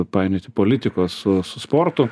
painioti politikos su su sportu